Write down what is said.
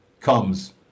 comes